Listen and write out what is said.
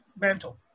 mental